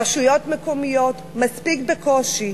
רשויות מקומיות, מספיק בקושי.